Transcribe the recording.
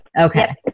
Okay